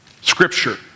scripture